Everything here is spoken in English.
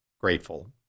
grateful